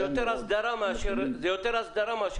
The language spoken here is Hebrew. זה יותר הסדרה מאשר רפורמה.